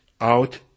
out